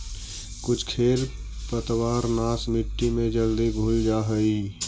कुछो खेर पतवारनाश मट्टी में जल्दी घुल जा हई